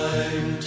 Time